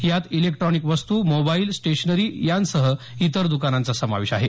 यात इलेक्ट्रॉनिक वस्तू mobile stationery यांच्यासह इतर दुकानांचा समावेश आहे